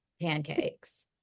pancakes